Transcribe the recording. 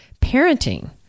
Parenting